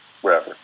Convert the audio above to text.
wherever